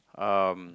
um